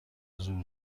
زور